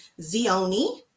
Zioni